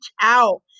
out